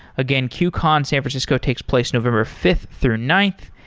again, qcon san francisco takes place november fifth through ninth,